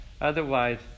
Otherwise